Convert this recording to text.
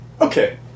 Okay